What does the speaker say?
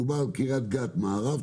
מדובר על תוכנית בקריית גת מערב,